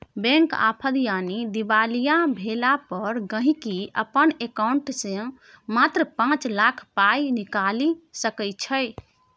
bank आफद यानी दिवालिया भेला पर गांहिकी अपन एकांउंट सँ मात्र पाँच लाख पाइ निकालि सकैत छै